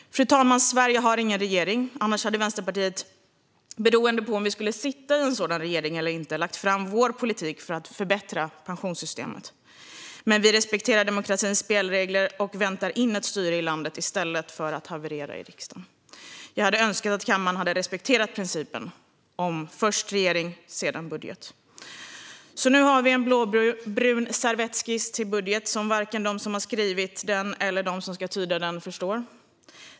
Fru talman! Sverige har ingen regering. Annars hade vi i Vänsterpartiet, beroende på om vi skulle sitta i regeringsställning eller inte, lagt fram vår politik för att förbättra pensionssystemet. Men vi respekterar demokratins spelregler och väntar in ett styre i landet i stället för att haverera i riksdagen. Jag hade önskat att kammaren hade respekterat principen först regering, sedan budget. Nu har vi alltså en blåbrun servettskiss till budget som varken de som har skrivit den eller de som ska tyda den förstår.